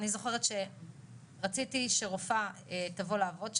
אני זוכרת שרציתי שרופאה תבוא לעבוד שם,